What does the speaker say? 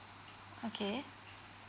okay